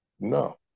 No